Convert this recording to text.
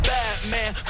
Batman